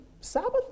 Sabbath